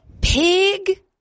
pig